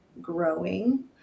growing